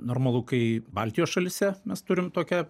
normalu kai baltijos šalyse mes turim tokią